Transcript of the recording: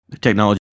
technology